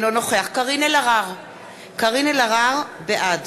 אינו נוכח קארין אלהרר, בעד